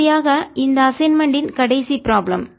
இறுதியாக இந்த அசைன்மென்ட் இன் கடைசி ப்ராப்ளம்